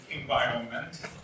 environment